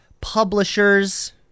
publishers